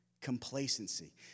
Complacency